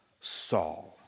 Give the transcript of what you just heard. Saul